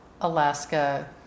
Alaska